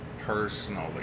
personally